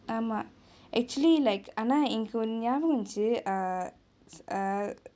ஆமா:aama actually like ஆனா எனக்கு ஒன்னு ஞாபகோ வந்துச்சு:aana enaku onnu nyaabago vanthuchu err err